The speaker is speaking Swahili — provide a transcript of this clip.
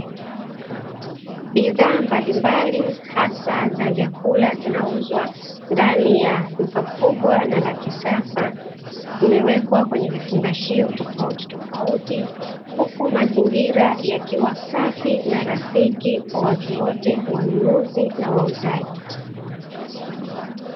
Bidhaa mbalimbali hasa za vyakula zinauzwa ndani ya duka kubwa na la kisasa. Zimewekwa kwenye vifungashio tofautitofauti, huku mazingira yakiwa safi na rafiki kwa watu wote; wanunuzi na wauzaji.